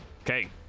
Okay